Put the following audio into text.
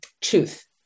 truth